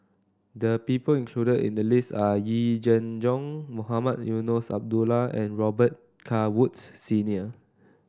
the people included in the list are Yee Jenn Jong Mohamed Eunos Abdullah and Robet Carr Woods Senior